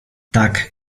tak